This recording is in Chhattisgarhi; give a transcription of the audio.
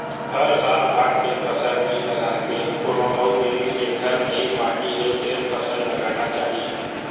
हर साल धान के फसल नइ लगा के कोनो अउ जिनिस जेखर लइक माटी हे तेन फसल लगाना चाही